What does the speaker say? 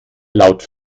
laut